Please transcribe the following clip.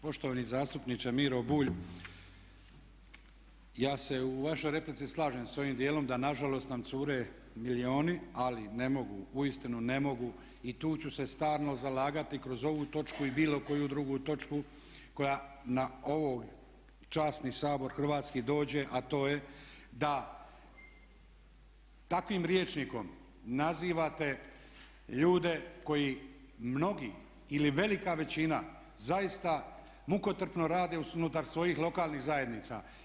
Poštovani zastupniče Miro Bulj, ja se u vašoj replici slažem sa ovim dijelom da nažalost nam cure milijuni ali ne mogu, uistinu ne mogu i tu ću se stalno zalagati kroz ovu točku i bilo koju drugu točku koja na ovaj časni Sabor hrvatski dođe a to je da takvim rječnikom nazivate ljude koji mnogi ili velika većina zaista mukotrpno rade unutar svojih lokalnih zajednica.